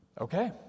okay